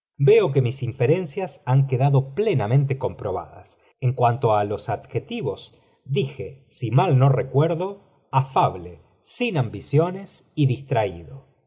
veo que mis inferencias han quedado plenamente comprobadas en cuanto a los adjetivos dije si mal no recuerdo afable sin ambiciones y distraído